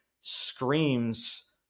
screams